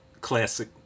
Classic